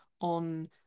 on